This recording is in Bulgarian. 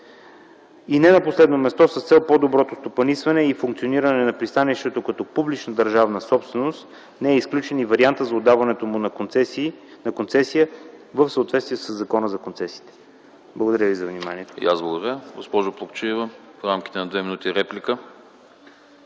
Не на последно място с цел по-доброто стопанисване и функциониране на пристанището като публична държавна собственост не е изключен и вариантът за отдаването му на концесия в съответствие със Закона за концесиите. Благодаря ви за вниманието.